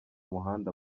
muhanda